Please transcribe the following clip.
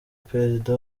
perezida